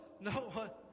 no